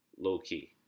low-key